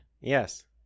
Yes